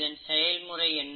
இதன் செயல்முறை என்ன